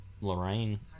Lorraine